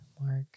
Mark